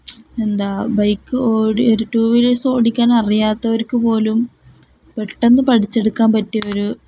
എന്താണ് ബൈക്ക് ഓടിച്ച് ഒരു ടു വീലേഴ്സ് ഓടിക്കാൻ അറിയാത്തവർക്ക് പോലും പെട്ടെന്ന് പഠിച്ചെടുക്കാൻ പറ്റിയ ഒരു